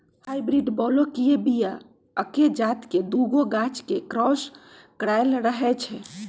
hybrid बलौकीय बीया एके जात के दुगो गाछ के क्रॉस कराएल रहै छै